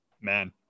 Man